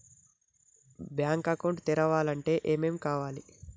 Bank account తెరవాలంటే ఏమేం కావాలి?